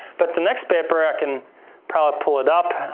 but the next paper i can probably pull it up.